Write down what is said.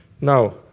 Now